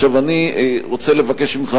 עכשיו אני רוצה לבקש ממך,